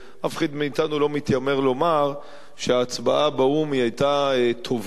אף אחד מאתנו לא מתיימר לומר שההצבעה באו"ם היתה טובה,